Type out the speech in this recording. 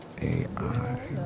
AI